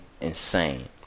insane